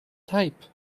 type